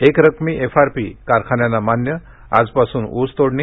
एकरकमी एफआरपी कारखान्यांना मान्य आजपासून ऊसतोडणी